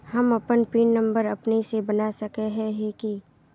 हम अपन PIN number अपने से बना सके है की?